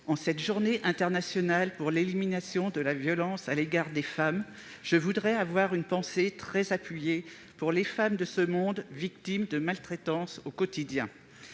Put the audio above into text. En cette Journée internationale pour l'élimination de la violence à l'égard des femmes, j'ai une pensée très forte pour les femmes de ce monde victimes de maltraitances au quotidien.